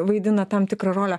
vaidina tam tikrą rolę